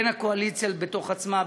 בין הקואליציה בתוך עצמה,